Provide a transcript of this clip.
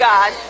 God